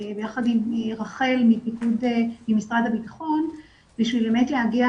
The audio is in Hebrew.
ביחד עם רח"ל ממשרד הביטחון כדי באמת להגיע